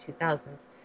2000s